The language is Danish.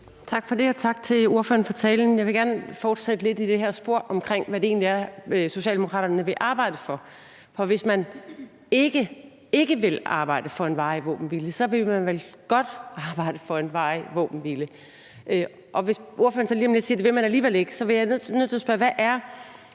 Tak for det. Og tak til ordføreren for talen. Jeg vil gerne fortsætte lidt i det her spor, omkring hvad det egentlig er, Socialdemokraterne vil arbejde for. For hvis man ikke ikke vil arbejde for en varig våbenhvile, så vil man vel godt arbejde for en varig våbenhvile. Og hvis ordføreren så lige om lidt siger, at det vil man alligevel ikke, bliver nødt til at spørge: Når